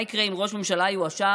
מה יקרה אם ראש ממשלה יואשם,